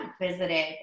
visited